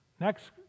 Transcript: next